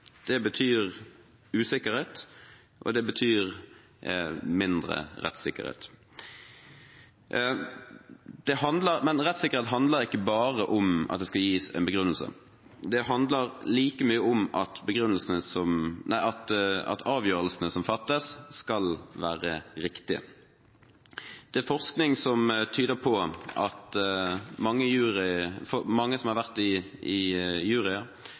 Det betyr usikkerhet, og det betyr mindre rettssikkerhet. Men rettssikkerhet handler ikke bare om at det skal gis en begrunnelse, det handler like mye om at avgjørelsene som fattes, skal være riktige. Forskning tyder på at mange som har vært i juryer, har opplevd usikkerhet knyttet til vanskelige problemstillinger som gjerne har vært i